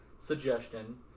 suggestion